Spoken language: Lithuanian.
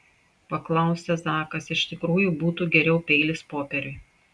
paklausė zakas iš tikrųjų būtų geriau peilis popieriui